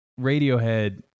Radiohead